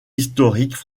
historiques